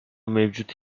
mevcut